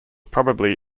probably